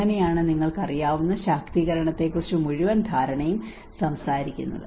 അങ്ങനെയാണ് നിങ്ങൾക്ക് അറിയാവുന്ന ശാക്തീകരണത്തെക്കുറിച്ച് മുഴുവൻ ധാരണയും സംസാരിക്കുന്നത്